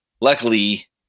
Luckily